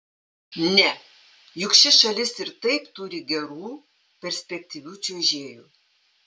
ne juk ši šalis ir taip turi gerų perspektyvių čiuožėjų